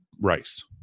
rice